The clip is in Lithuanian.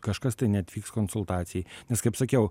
kažkas tai neatvyks konsultacijai nes kaip sakiau